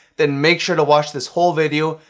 then make sure to watch this whole video,